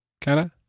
Cara